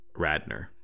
Radner